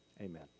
Amen